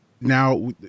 now